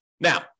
Now